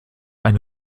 eine